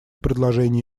предложение